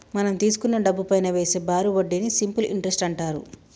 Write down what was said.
మనం తీసుకున్న డబ్బుపైనా వేసే బారు వడ్డీని సింపుల్ ఇంటరెస్ట్ అంటారు